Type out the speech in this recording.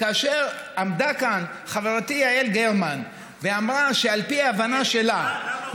כאשר עמדה כאן חברתי יעל גרמן ואמרה שעל פי ההבנה שלה,